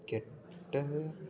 கெட்ட